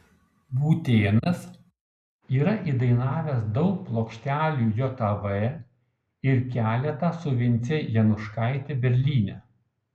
būtėnas yra įdainavęs daug plokštelių jav ir keletą su vince januškaite berlyne